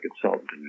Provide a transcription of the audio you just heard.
consultant